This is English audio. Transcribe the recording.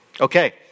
Okay